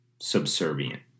Subservient